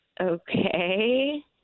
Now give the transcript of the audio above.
Okay